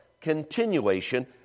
Continuation